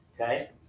okay